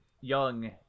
young